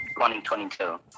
2022